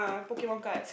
Pokemon cards